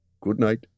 Good-night